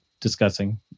discussing